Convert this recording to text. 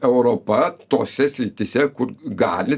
europa tose srityse kur gali